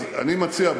אז אני מציע,